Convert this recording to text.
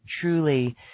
truly